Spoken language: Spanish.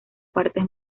partes